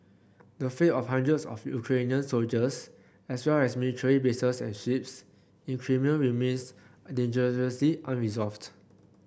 the fate of hundreds of Ukrainian soldiers as well as military bases and ships in Crimea remains dangerously unresolved